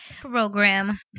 program